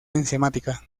enzimática